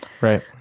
Right